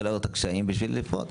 ולהעלות את הקשיים בשביל לפתור.